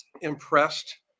impressed